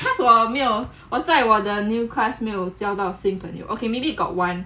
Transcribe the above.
cause 我没有我在我的 new class 没有交到新朋友 okay maybe got one